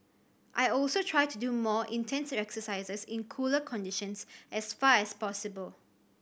I also try to do my more intense exercises in cooler conditions as far as possible